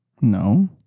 No